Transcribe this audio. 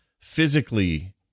physically